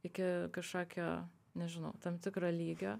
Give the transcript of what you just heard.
iki kažkokio nežinau tam tikro lygio